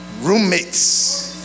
roommates